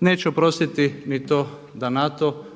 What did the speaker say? Neće oprostiti ni to da NATO